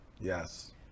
Yes